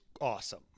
awesome